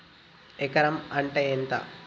ఎకరం అంటే ఎంత?